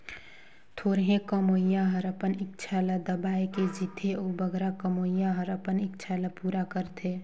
थोरहें कमोइया हर अपन इक्छा ल दबाए के जीथे अउ बगरा कमोइया हर अपन इक्छा ल पूरा करथे